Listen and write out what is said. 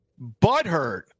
butthurt